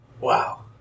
Wow